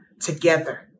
together